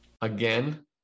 again